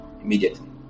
immediately